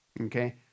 Okay